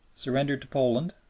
surrendered to poland,